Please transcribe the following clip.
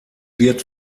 wird